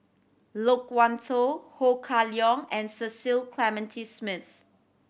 Loke Wan Tho Ho Kah Leong and Cecil Clementi Smith